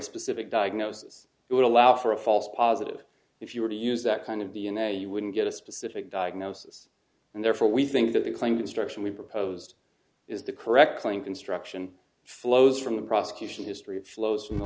specific diagnosis it would allow for a false positive if you were to use that kind of d n a you wouldn't get a specific diagnosis and therefore we think that the claimed instruction we proposed is the correct claim construction flows from the prosecution history of flows from the